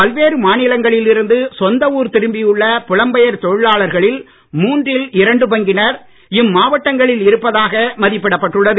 பல்வேறு மாநிலங்களில் இருந்து சொந்த ஊர் திரும்பி உள்ள புலம்பெயர் தொழிலாளர்களில் மூன்றில் இரண்டு பங்கினர் இம் இம் மாவட்டங்களில் இருப்பதாக மதிப்பிடப் பட்டுள்ளது